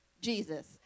Jesus